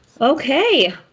Okay